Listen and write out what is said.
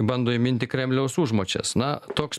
bando įminti kremliaus užmačias na toks